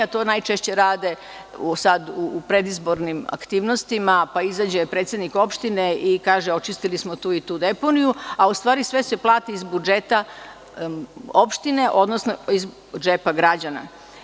To najčešće rade sada u predizbornim aktivnostima, pa izađe predsednik opštine i kaže kako su očistili tu i tu deponiju, a u stvari se plati iz budžeta opštine, odnosno iz džepa građana.